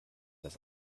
das